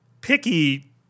picky